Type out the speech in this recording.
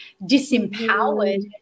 disempowered